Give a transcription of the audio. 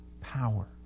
power